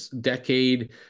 decade